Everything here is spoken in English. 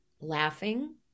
laughing